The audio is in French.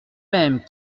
même